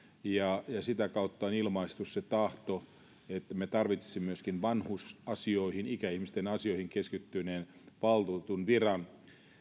ja sitä kautta on ilmaistu se tahto että me tarvitsisimme myöskin vanhusasioihin ikäihmisten asioihin keskittyneen valtuutetun viran